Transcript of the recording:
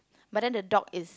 but then the dog is